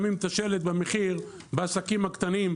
את המציעים,